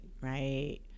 right